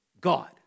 God